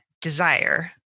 desire